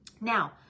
Now